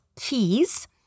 keys